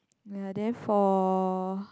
ya then for